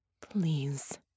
Please